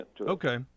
Okay